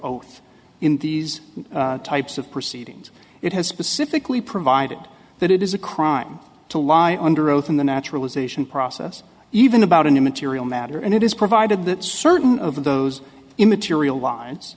oath in these types of proceedings it has specifically provided that it is a crime to lie under oath in the naturalization process even about an immaterial matter and it is provided that certain of those immaterial lines